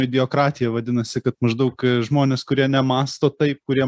idiokratija vadinasi kad maždaug žmonės kurie nemąsto taip kurie